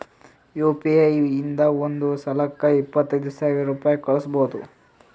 you P I ಇಂದ ಒಂದ್ ಸಲಕ್ಕ ಇಪ್ಪತ್ತೈದು ಸಾವಿರ ರುಪಾಯಿ ಕಳುಸ್ಬೋದು